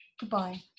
Goodbye